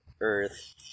Earth